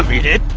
um eat it.